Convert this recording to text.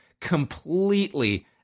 completely